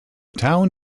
town